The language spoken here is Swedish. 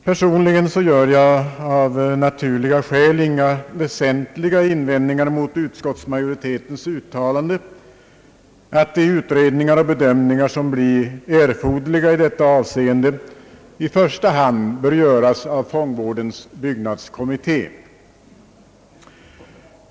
Personligen gör jag av naturliga skäl inga väsentliga invändningar mot utskottsmajoritetens uttalande, att de utredningar och bedömningar som blir erforderliga i detta avseende i första hand bör göras av fångvårdens byggnadskommitté.